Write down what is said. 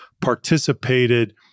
participated